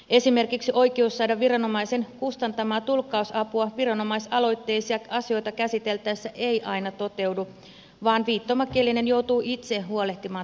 esimerkiksi oikeus saada viranomaisen kustantamaa tulkkausapua viranomaisaloitteisia asioita käsiteltäessä ei aina toteudu vaan viittomakielinen joutuu itse huolehtimaan tulkkausavusta